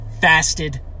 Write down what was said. fasted